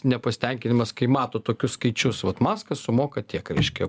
nepasitenkinimas kai mato tokius skaičius vat maskvai sumoka tiek reiškia